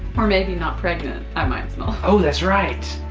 or maybe not pregnant, i might smell. oh that's right.